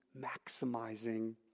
maximizing